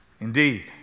Indeed